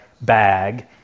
bag